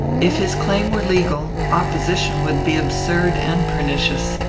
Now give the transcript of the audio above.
if his claim were legal, opposition would be absurd and pernicious.